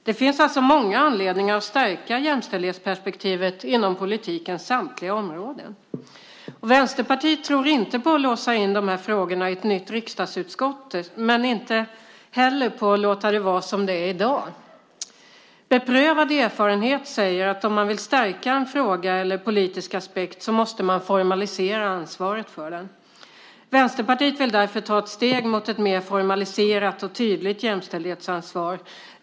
Det finns alltså många anledningar att stärka jämställdhetsperspektivet inom politikens samtliga områden. Vänsterpartiet tror inte på att låsa in de här frågorna i ett nytt riksdagsutskott, men tror inte heller på att låta det vara som det är i dag. Erfarenheten säger att om man vill stärka en fråga eller en politisk aspekt så måste man formalisera ansvaret för den. Vänsterpartiet vill därför ta ett steg mot ett mer formaliserat och tydligt jämställdhetsansvar.